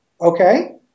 okay